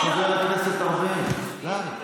חבר הכנסת ארבל, די,